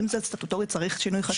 אם זה סטטוטורי, צריך שינוי חקיקה.